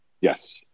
Yes